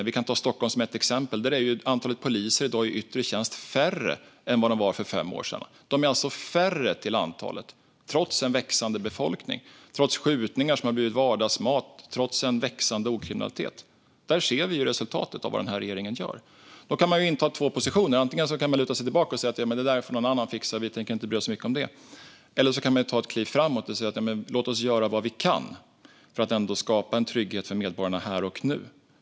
Vi kan ta Stockholm som ett exempel. Där är antalet poliser i yttre tjänst i dag färre än vad det var för fem år sedan. De är alltså färre till antalet trots en växande befolkning, trots skjutningar som har blivit vardagsmat och trots en växande drogkriminalitet. Där ser vi resultatet av vad den här regeringen för. Då kan man inta två positioner. Antingen kan man luta sig tillbaka och säga: Det där får någon annan fixa, vi tänker inte bry oss så mycket om det. Eller så kan man ta ett kliv framåt och säga: Låt oss göra vad vi kan för att ändå skapa en trygghet för medborgarna här och nu.